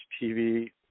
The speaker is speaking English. TV